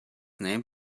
name